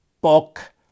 book